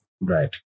Right